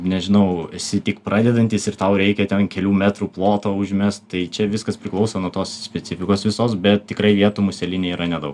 nežinau esi tik pradedantis ir tau reikia ten kelių metrų plotą užmest tai čia viskas priklauso nuo tos specifikos visos bet tikrai vietų muselinei yra nedaug